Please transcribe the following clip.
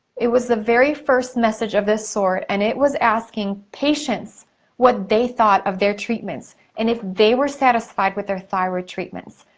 it was the very first message of this sort, and it was asking patients what they thought of their treatments, and if they were satisfied with their thyroid treatments.